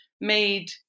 made